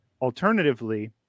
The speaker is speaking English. Alternatively